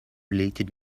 related